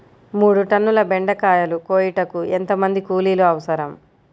మూడు టన్నుల బెండకాయలు కోయుటకు ఎంత మంది కూలీలు అవసరం?